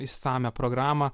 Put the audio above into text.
išsamią programą